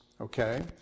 Okay